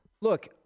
Look